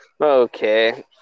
okay